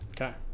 Okay